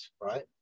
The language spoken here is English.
right